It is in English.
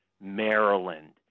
Maryland